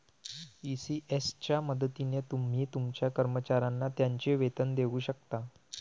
ECS च्या मदतीने तुम्ही तुमच्या कर्मचाऱ्यांना त्यांचे वेतन देऊ शकता